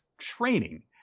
training